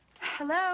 Hello